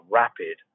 rapid